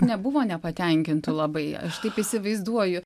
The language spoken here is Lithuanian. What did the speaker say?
nebuvo nepatenkintų labai aš taip įsivaizduoju